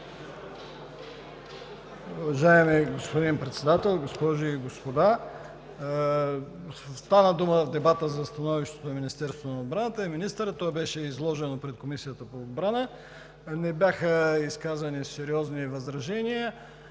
Уважаеми господин Председател, госпожи и господа! Стана дума в дебата за становището на Министерството на отбраната и министъра – то беше изложено пред Комисията по отбрана. Не бяха изказани сериозни възражения